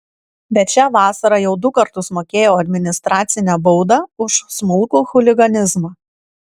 bet šią vasarą jau du kartus mokėjau administracinę baudą už smulkų chuliganizmą